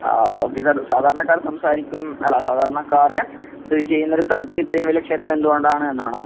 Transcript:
ആ okay sir സാധാരണക്കാര് സംസാരിക്കും അല്ല സാധാരണക്കാര് സ്ഥിതി ചെയ്യുന്ന ഒരു സ്ഥലത്ത് ഇത്രയും വലിയ ക്ഷേത്രം എന്തുകൊണ്ടാണ് എന്നാണോ